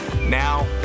Now